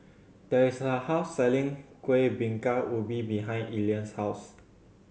there is a house selling Kuih Bingka Ubi behind Elian's house